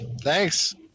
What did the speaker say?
Thanks